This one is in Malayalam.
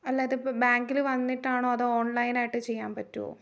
അല്ലാതെ ഇപ്പം ബാങ്കിൽ വന്നിട്ടാണോ അതോ ഓൺലൈനായിട്ട് ചെയ്യാൻ പറ്റുമോ